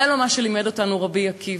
זה לא מה שלימד אותנו רבי עקיבא.